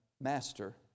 master